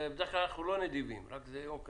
בדרך כלל אנחנו לא נדיבים, רק שזה יום ראשון...